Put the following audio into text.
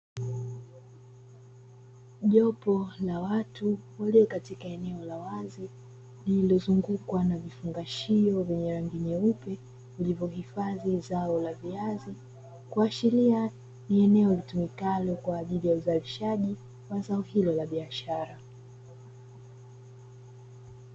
Jopo la watu walio katika eneo la wazi lililozungukwa na vifungashio vyeupe lililohifadhi zao la viazi, kuashiria ni eneo litumikalo kwa ajli ya uzalishaji wa zao hilo ya biashara.